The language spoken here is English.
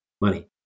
money